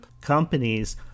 companies